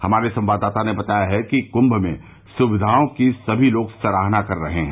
हमारे संवाददाता ने बताया है कि कुंम में सुक्विओं की सभी लोग सराहना कर रहे हैं